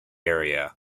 area